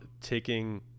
taking